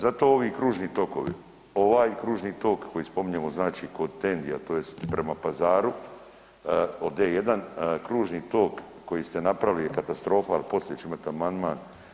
Zato ovi kružni tokovi, ovaj kružni tok koji spominjemo znači kod …/nerazumljivo/… tj. prema pazaru, od D1 kružni tok koji ste napravili je katastrofa, al poslije ćemo imat amandman.